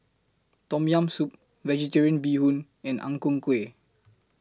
Tom Yam Soup Vegetarian Bee Hoon and Ang Ku Kueh